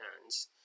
hands